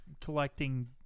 collecting